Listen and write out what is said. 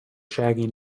shaggy